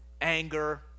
anger